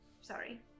sorry